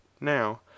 now